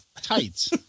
Tights